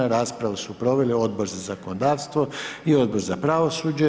Raspravu su proveli Odbor za zakonodavstvo i Odbor za pravosuđe.